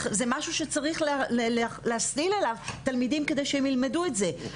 זה משהו שצריך להסליל עליו תלמידים כדי שהם ילמדו את זה,